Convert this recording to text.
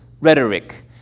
rhetoric